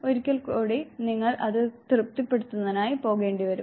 ഒരിക്കൽ കൂടി നിങ്ങൾ അത് തൃപ്തിപ്പെടുത്തുന്നതിനായി പോകേണ്ടി വരും